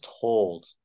told